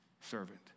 servant